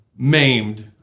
maimed